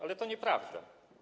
Ale to nieprawda.